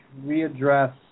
readdress